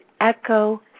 echo